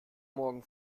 morgen